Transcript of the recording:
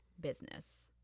business